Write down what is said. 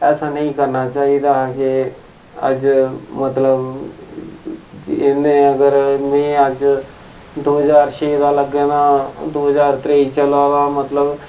ऐसा नेईं करना चाहिदा हा के अज्ज मतलब इन्ने अगर में अज्ज दो ज्हार छे दा लग्गे दां दो ज्हार त्रेई चला दा मतलब